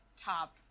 top